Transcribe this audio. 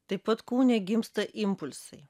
taip pat kūne gimsta impulsai